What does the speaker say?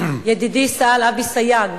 ידידי סגן-אלוף אבי סייג,